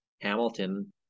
Hamilton